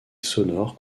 sonore